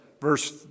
verse